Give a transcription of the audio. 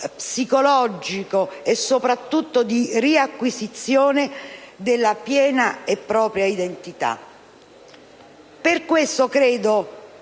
psicologico e soprattutto di riacquisizione della piena propria identità. Per questo credo